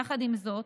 יחד עם זאת,